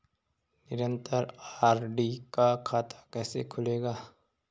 निरन्तर आर.डी का खाता कैसे खुलेगा?